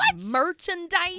merchandise